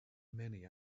many